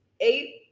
Eight